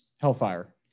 Hellfire